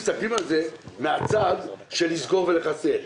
מהצד של לסגור ולחסל?